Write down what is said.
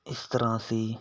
ਇਸ ਤਰ੍ਹਾਂ ਅਸੀਂ